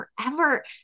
forever